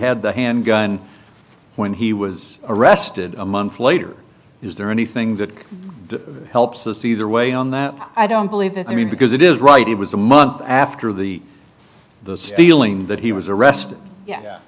had the handgun when he was arrested a month later is there anything that helps us either way on that i don't believe i mean because it is right it was a month after the the stealing that he was arrested yeah